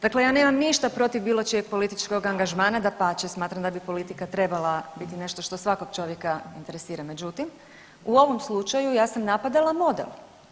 Dakle, ja nema ništa protiv bilo čijeg političkog angažmana, dapače smatram da bi politika trebala biti nešto što svakog čovjeka interesira, međutim u ovom slučaju ja sam napadala model.